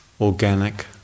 organic